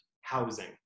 housing